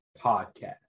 podcast